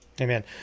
Amen